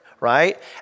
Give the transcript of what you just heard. right